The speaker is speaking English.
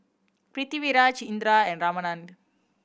Pritiviraj Indira and Ramanand